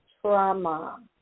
trauma